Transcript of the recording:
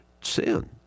sin